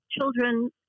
children